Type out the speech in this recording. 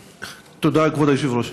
תודה, כבוד היושב-ראש.